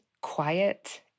quiet